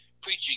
preaching